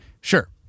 Sure